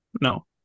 No